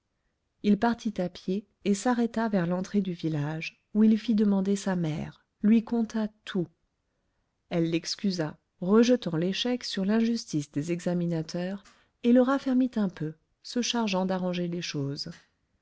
il partit à pied et s'arrêta vers l'entrée du village où il fit demander sa mère lui conta tout elle l'excusa rejetant l'échec sur l'injustice des examinateurs et le raffermit un peu se chargeant d'arranger les choses